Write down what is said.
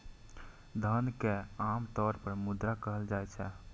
धन कें आम तौर पर मुद्रा कहल जाइ छै